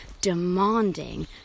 demanding